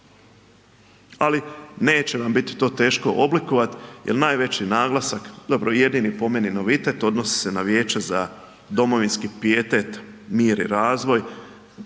Ali neće vam to biti teško oblikovat jel najveći naglasak, dobro jedini po meni novitet odnosi se na Vijeće za domovinski pijetet, mir i razvoj,